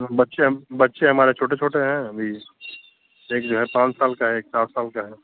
बच्चे बच्चे हमारे छोटे छोटे हैं अभी एक जो है पाँच साल का है एक चार साल का है